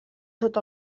tot